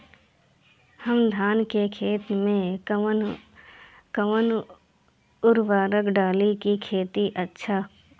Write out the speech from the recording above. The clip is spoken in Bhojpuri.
हम धान के खेत में कवन उर्वरक डाली कि खेती अच्छा होई?